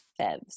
FEVs